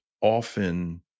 often